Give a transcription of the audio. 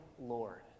Lord